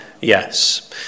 yes